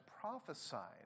prophesied